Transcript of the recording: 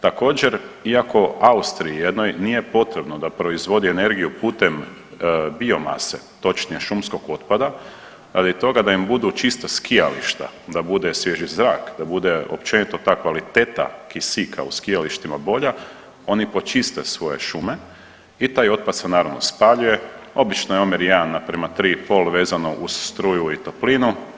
Također iako Austriji jednoj nije potrebno da proizvodi energiju putem biomase točnije šumskog otpada radi toga da im budu čista skijališta, da bude svježi zrak, da bude općenito ta kvaliteta kisika u skijalištima bolja oni počiste svoje šume i taj otpad se naravno spaljuje, obično je omjer 1:3,5 vezano uz struju i toplinu.